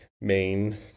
main